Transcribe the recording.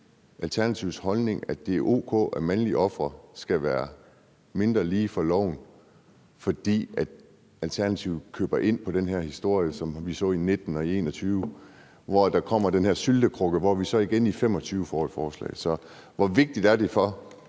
Alternativets holdning, at det er o.k., at mandlige ofre skal være mindre lige for loven; for køber Alternativet ind på den her historie, som vi så i 2019 og 2021, hvor der var den her syltekrukke, og får vi så igen i 2025 et forslag? Hvor vigtigt er det for